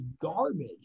garbage